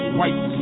white